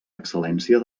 excel·lència